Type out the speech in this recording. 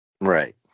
right